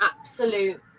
absolute